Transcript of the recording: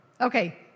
Okay